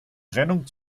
trennung